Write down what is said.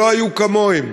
שלא היו כמוהם,